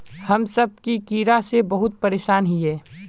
हम सब की कीड़ा से बहुत परेशान हिये?